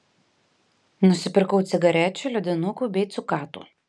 nusipirkau cigarečių ledinukų bei cukatų